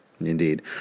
Indeed